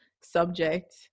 subject